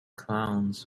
clowns